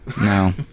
no